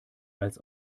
als